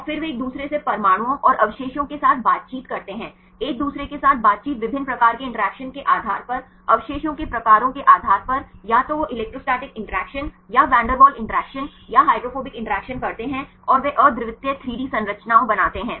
और फिर वे एक दूसरे से परमाणुओं और अवशेषों के साथ बातचीत करते हैं एक दूसरे के साथ बातचीत विभिन्न प्रकार के इंटरैक्शन के आधार पर अवशेषों के प्रकारों के आधार पर या तो वे इलेक्ट्रोस्टैटिक इंटरैक्शन या वैन डेर वाल्स इंटरैक्शन या हाइड्रोफोबिक इंटरैक्शन करते हैं और वे अद्वितीय 3 डी संरचनाओं बनाते हैं